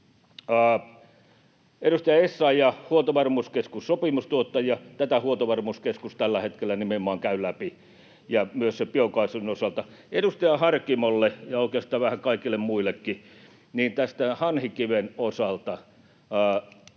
Edustaja Essayah: Huoltovarmuuskeskus, sopimustuottajat. — Tätä Huoltovarmuuskeskus tällä hetkellä nimenomaan käy läpi ja myös sen biokaasun osalta. Edustaja Harkimolle ja oikeastaan vähän kaikille muillekin tämän Hanhikiven osalta: